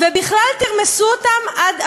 ובכלל, תרמסו אותם עד עפר.